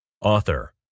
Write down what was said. Author